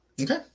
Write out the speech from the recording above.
okay